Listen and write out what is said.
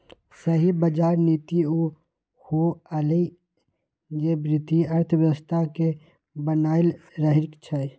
सही बजार नीति उ होअलई जे वित्तीय अर्थव्यवस्था के बनाएल रखई छई